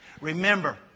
Remember